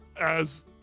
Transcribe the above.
As-